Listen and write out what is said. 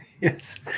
Yes